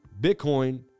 Bitcoin